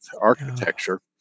architecture